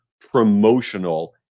promotional